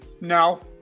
No